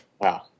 Wow